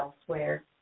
elsewhere